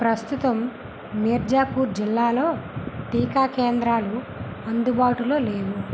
ప్రస్తుతం మీర్జాపూర్ జిల్లాలో టీకా కేంద్రాలు అందుబాటులో లేవు